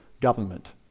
government